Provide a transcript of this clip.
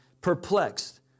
perplexed